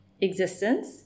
existence